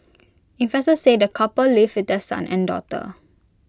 investors say the couple live with their son and daughter